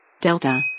Delta